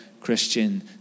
Christian